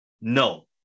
No